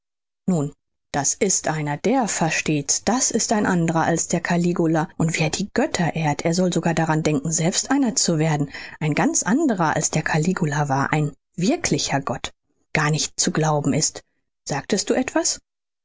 nun das ist einer der versteht's das ist ein anderer als der caligula und wie er die götter ehrt er soll sogar daran denken selber einer zu werden ein ganz anderer als der caligula war ein wirklicher gott gar nicht zu glauben ist's sagtest du etwas